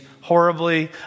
horribly